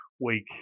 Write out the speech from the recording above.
Week